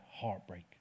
heartbreak